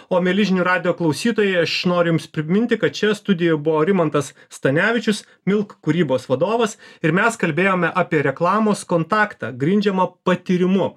o mieli žinių radijo klausytojai aš noriu jums priminti kad čia studijoj buvo rimantas stanevičius milk kūrybos vadovas ir mes kalbėjome apie reklamos kontaktą grindžiamą patyrimu